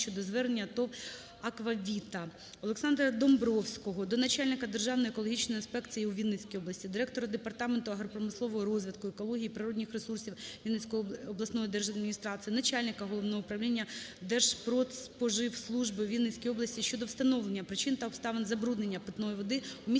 Олександра Домбровського до начальника Державної екологічної інспекції у Вінницькій області, директора Департаменту агропромислового розвитку, екології і природних ресурсів Вінницької обласної державної адміністрації, начальника Головного управлінняДержпродспоживслужби у Вінницькій області щодо встановлення причин та обставин забруднення питної води у місті